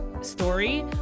story